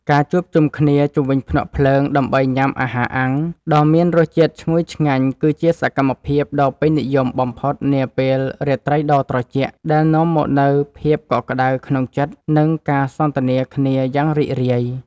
ការជួបជុំគ្នាជុំវិញភ្នក់ភ្លើងដើម្បីញ៉ាំអាហារអាំងដ៏មានរសជាតិឈ្ងុយឆ្ងាញ់គឺជាសកម្មភាពដ៏ពេញនិយមបំផុតនាពេលរាត្រីដ៏ត្រជាក់ដែលនាំមកនូវភាពកក់ក្ដៅក្នុងចិត្ត និង ការសន្ទនាគ្នាយ៉ាងរីករាយ។